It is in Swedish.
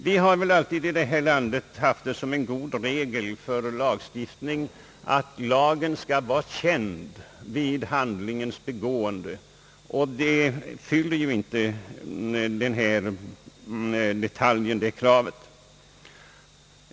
Vi har väl alltid här i landet haft det som en god regel för lagstiftning, att lagen skall vara känd vid begåendet av handlingen, och detta krav fyller ju inte det framlagda förslaget.